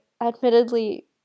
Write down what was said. admittedly